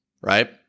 right